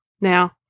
Now